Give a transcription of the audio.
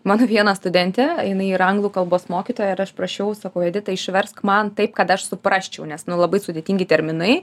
mano viena studentė jinai yra anglų kalbos mokytoja ir aš prašiau sakau editai išversk man taip kad aš suprasčiau nes nu labai sudėtingi terminai